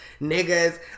niggas